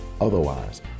Otherwise